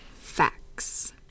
Facts